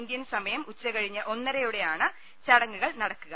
Indian സമയം ഉച്ച്കഴിഞ്ഞ് ഒന്നരയോടെയാണ് ചടങ്ങുകൾ നടക്കു ക